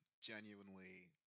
genuinely